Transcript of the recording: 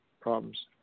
problems